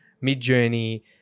mid-journey